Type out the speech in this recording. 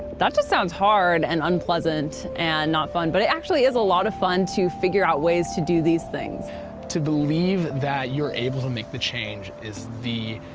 that just sounds hard and unpleasant and not fun. but it actually is a lot of fun to figure out ways to do these things. brandon to believe that you're able to make the change is the.